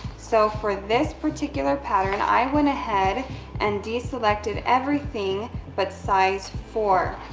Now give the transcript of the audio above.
so, for this particular pattern, i went ahead and deselected everything but size four.